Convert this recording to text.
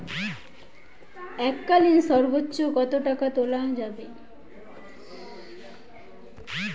এককালীন সর্বোচ্চ কত টাকা তোলা যাবে?